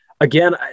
again